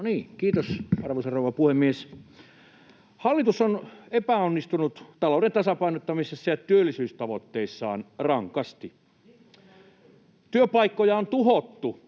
Kiitos, arvoisa rouva puhemies! Hallitus on epäonnistunut talouden tasapainottamisessa ja työllisyystavoitteissaan rankasti. [Aki Lindén: